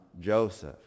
Joseph